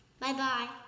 Bye-bye